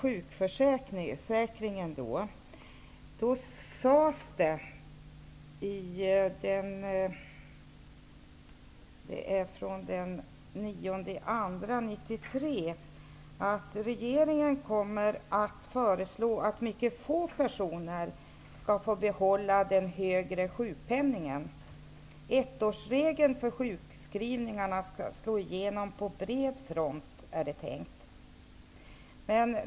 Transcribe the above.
februari 1993 att regeringen kommer att föreslå att ytterst få personer skall få behålla den högre sjukpenningen. Det är tänkt att ettårsregeln för sjukskrivningarna skall slå igenom på bred front.